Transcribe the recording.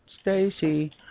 Stacy